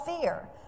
fear